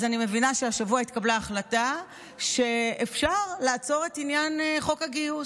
אז אני מבינה שהשבוע התקבלה החלטה שאפשר לעצור את עניין חוק הגיוס,